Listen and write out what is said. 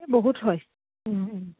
এই বহুত হয়